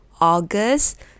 august